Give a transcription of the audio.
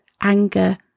anger